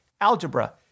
algebra